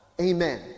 amen